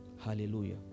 Hallelujah